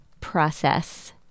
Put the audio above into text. process